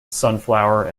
sunflower